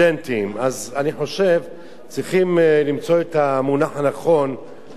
לכן אני חושב שצריך למצוא את המונח הנכון בטקסט.